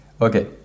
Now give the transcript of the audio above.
Okay